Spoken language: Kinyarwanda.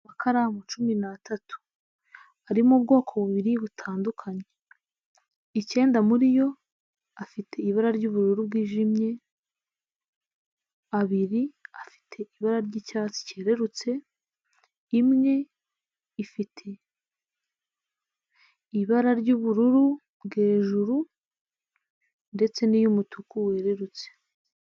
Amakaramu cumi n'atatu ari mu ubwoko bubiri butandukanye, icyenda muri yo afite ibara ry'ubururu bwijimye, abiri afite ibara ry'icyatsi cyererutse, imwe ifite ibara ry'ubururu bwejuru ndetse n'iy'umutuku wererutse.